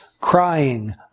crying